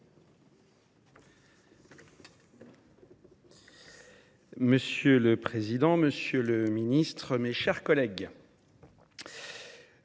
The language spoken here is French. Monsieur le président, monsieur le ministre, mes chers collègues,